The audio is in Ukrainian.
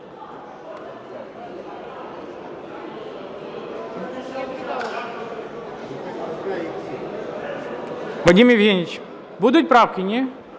Вадим Євгенович, будуть правки, ні?